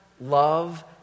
love